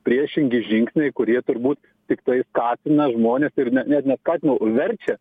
priešingi žingsniai kurie turbūt tiktai skatina žmones ir ne net neskatina verčia